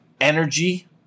Energy